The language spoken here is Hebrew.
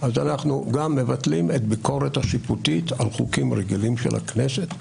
אנחנו מבטלים גם את הביקורת השיפוטית על חוקים רגילים של הכנסת.